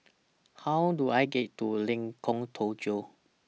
How Do I get to Lengkong Tujuh